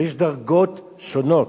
יש דרגות שונות,